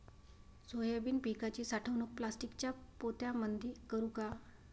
Soybean पिकाची साठवणूक प्लास्टिकच्या पोत्यामंदी करू का?